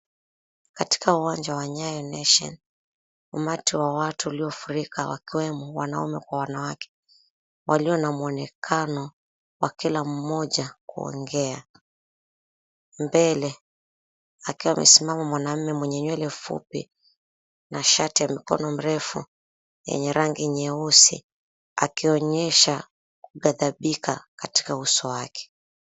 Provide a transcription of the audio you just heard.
Katika uwanja wa NYAYO NATION, umati wa watu waliofurika wakiwemo wanaume kwa wanawake walio na muonekano wa kila mmoja kuongea. Mbele akiwa amesimama mwanamme mwenye nywele fupi na shati ya mikono mirefu yenye rangi nyeusi akionyesha kugadhabika katika uso wake.